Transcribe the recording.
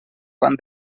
van